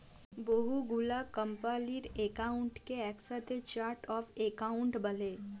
বহু গুলা কম্পালির একাউন্টকে একসাথে চার্ট অফ একাউন্ট ব্যলে